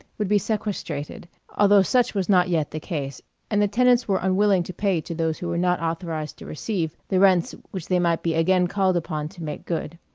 would be sequestrated, although such was not yet the case and the tenants were unwilling to pay, to those who were not authorized to receive, the rents which they might be again called upon to make good.